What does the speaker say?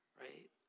Right